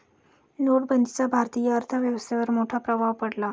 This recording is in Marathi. नोटबंदीचा भारतीय अर्थव्यवस्थेवर मोठा प्रभाव पडला